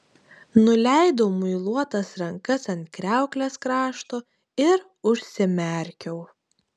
nuleidau muiluotas rankas ant kriauklės krašto ir užsimerkiau